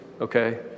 okay